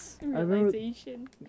Realization